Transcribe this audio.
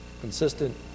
Consistent